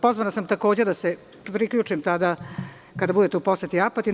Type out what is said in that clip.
Pozvana sam takođe da se priključim kada budete u poseti Apatinu.